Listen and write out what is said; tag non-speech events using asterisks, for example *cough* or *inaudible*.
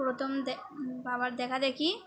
প্রথম *unintelligible* বাবার দেখাদেখি